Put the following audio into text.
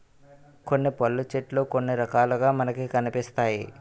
కొన్ని పళ్ళు చెట్లు కొన్ని రకాలుగా మనకి కనిపిస్తాయి